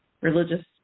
religious